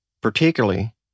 particularly